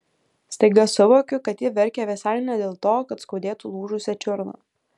staiga suvokiu kad ji verkia visai ne dėl to kad skaudėtų lūžusią čiurną